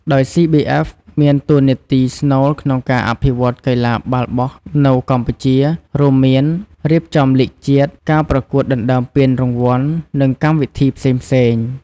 ដោយ CBF មានតួនាទីស្នូលក្នុងការអភិវឌ្ឍកីឡាបាល់បោះនៅកម្ពុជា រួមមាន រៀបចំលីគជាតិ ការប្រកួតដណ្ដើមពានរង្វាន់ និងកម្មវិធីផ្សេងៗ។